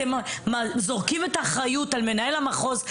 אתם זורקים את האחריות על מנהל המחוז,